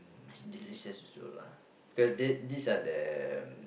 it's delicious also lah because that these are the